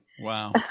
Wow